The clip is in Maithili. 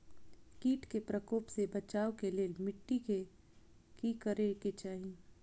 किट के प्रकोप से बचाव के लेल मिटी के कि करे के चाही?